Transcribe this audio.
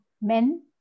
men